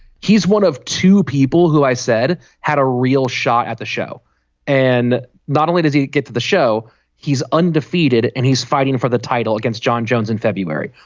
he's one of two people who i said had a real shot at the show and not only did he get to the show he's undefeated and he's fighting for the title against john jones in february.